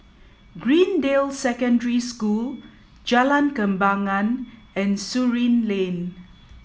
Greendale Secondary School Jalan Kembangan and Surin Lane